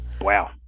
Wow